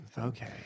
Okay